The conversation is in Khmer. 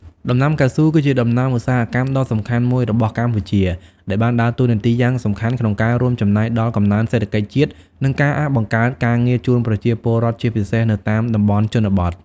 ដំណាំកៅស៊ូ គឺជាដំណាំឧស្សាហកម្មដ៏សំខាន់មួយរបស់កម្ពុជា ដែលបានដើរតួនាទីយ៉ាងសំខាន់ក្នុងការរួមចំណែកដល់កំណើនសេដ្ឋកិច្ចជាតិ និងការបង្កើតការងារជូនប្រជាពលរដ្ឋ ជាពិសេសនៅតាមតំបន់ជនបទ។